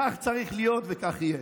כך צריך להיות וכך יהיה.